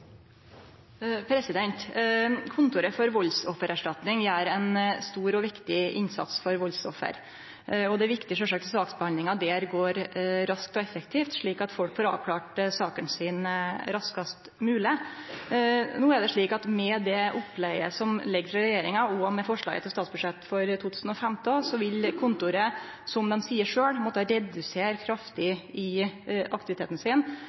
viktig at saksbehandlinga der går raskt og effektivt, slik at folk får avklart saka si så raskt som mogleg. Men med det opplegget som kjem frå regjeringa, og med forslaget til statsbudsjett for 2015, vil kontoret – som dei sjølv seier – måtte redusere kraftig i aktiviteten sin